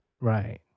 Right